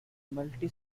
multi